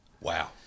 Wow